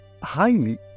highly